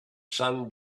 sun